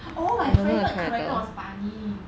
oh my favorite character was barney